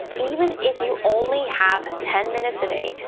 even if you only have ten minutes a day,